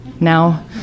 Now